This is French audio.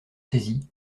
saisis